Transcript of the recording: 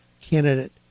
candidate